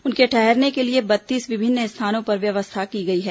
उनके ठहरने के लिए बत्तीस विभिन्न स्थानों पर व्यवस्था की गई है